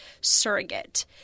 surrogate